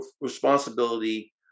responsibility